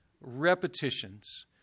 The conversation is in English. repetitions